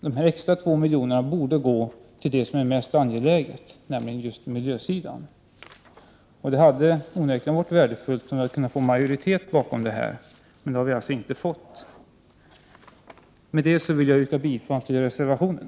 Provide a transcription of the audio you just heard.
Dessa extra 2 miljoner borde gå till det som är mest angeläget, nämligen miljösidan. Det hade onekligen varit värdefullt om vi hade kunnat få majoritet för detta. Det har vi alltså inte fått. Med det anförda vill jag yrka bifall till reservationen.